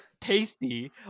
tasty